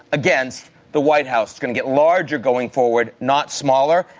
against the white house is going to get larger going forward, not smaller,